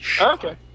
Okay